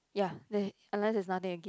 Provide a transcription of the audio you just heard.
ya unless there's nothing to gain